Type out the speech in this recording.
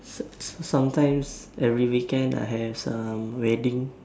some~ some~ sometimes every weekend I have um wedding